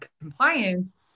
compliance